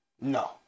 No